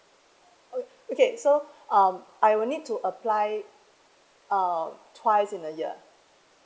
o~ okay so um I will need to apply it uh twice in a year